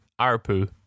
ARPU